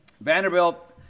Vanderbilt